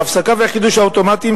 ההפסקה והחידוש האוטומטיים,